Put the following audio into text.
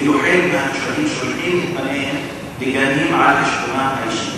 ואילו חלק מהתושבים שולחים את בניהם לגנים על חשבונם האישי.